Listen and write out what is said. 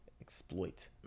Exploit